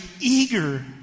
eager